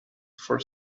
for